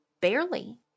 barely